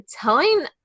telling